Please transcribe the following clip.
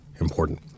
important